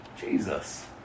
Jesus